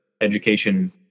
education